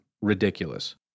ridiculous